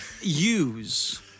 use